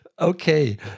Okay